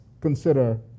consider